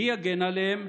מי יגן עליהם?